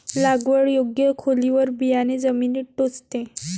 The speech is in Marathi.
लागवड योग्य खोलीवर बियाणे जमिनीत टोचते